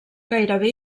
gairebé